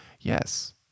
yes